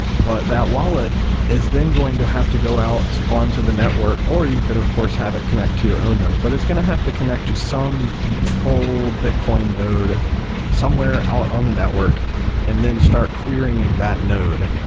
but that wallet is then going to have to go out on to the network, or you could of course have it connect to your node. but it's going to have to connect to some full bitcoin node somewhere out on the network and then start querying that node,